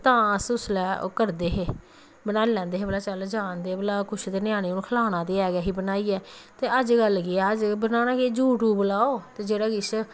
ते तां अस उसलै करदे हे बनाई लैंदे हे भला चल जान दे किश ते ञ्यानें बी खलाना ते ऐहा बनाइयै ते अजकल केह् ऐ बनान केह् यूटयूब लाओ ते जेह्ड़ा किश